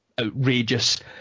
outrageous